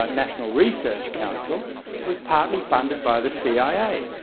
but national research council was partly funded by the cia.